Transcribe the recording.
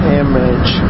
image